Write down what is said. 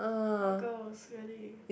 all girls really